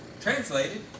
translated